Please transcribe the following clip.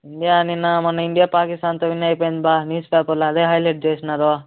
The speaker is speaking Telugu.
ఇండియా నిన్న మొన్న ఇండియా పాకిస్తాన్తో విన్ అయిపోయింది బావ న్యూస్పేపర్లో అదే హైలెట్ చేసినారు